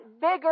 bigger